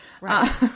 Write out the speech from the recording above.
Right